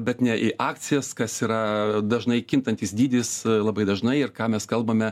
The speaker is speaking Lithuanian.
bet ne į akcijas kas yra dažnai kintantis dydis labai dažnai ir ką mes kalbame